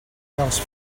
dels